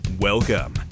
Welcome